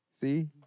see